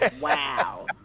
Wow